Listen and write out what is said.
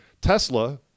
Tesla